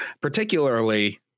particularly